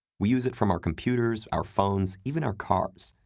we use it from our computers, our phones, even our cars.